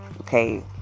okay